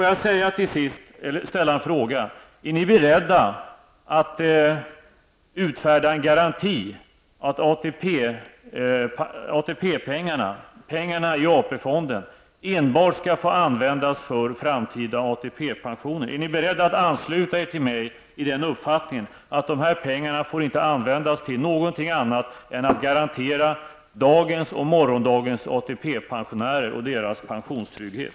Jag vill till sist fråga: Är ni beredda att utfärda en garanti att pengarna i AP-fonden enbart skall få användas för framtida ATP-pensioner? Är ni beredda att ansluta er till den uppfattning jag har, nämligen att dessa pengar inte får användas till någonting annat än att garantera dagens och morgondagens ATP-pensionärers pensionstrygghet?